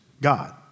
God